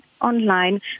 online